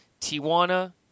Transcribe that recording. Tijuana